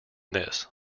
this